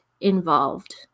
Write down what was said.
involved